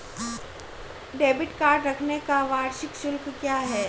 Debit card रखने का वार्षिक शुल्क क्या है?